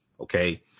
Okay